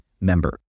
member